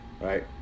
Right